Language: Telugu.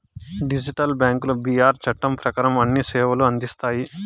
డిజిటల్ బ్యాంకులు బీఆర్ చట్టం ప్రకారం అన్ని సేవలను అందిస్తాయి